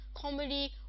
comedy